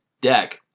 deck